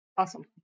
awesome